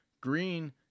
Green